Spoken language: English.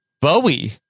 Bowie